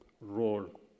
role